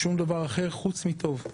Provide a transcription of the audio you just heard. שום דבר אחר חוץ מטוב.